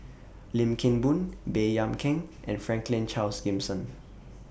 Lim Kim Boon Baey Yam Keng and Franklin Charles Gimson